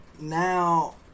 now